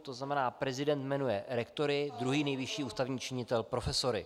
To znamená, prezident jmenuje rektory, druhý nejvyšší ústavní činitel profesory.